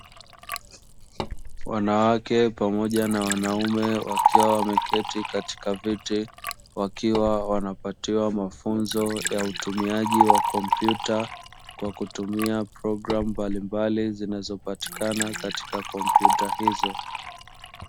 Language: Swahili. Wanawake pamoja na wanaume wakiwa wameketi katika viti, wakiwa wanapatiwa mafunzo ya utumiaji wa kompyuta kwa kutumia programu mbalimbali zinazopatikana katika kompyuta hizo.